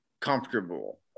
comfortable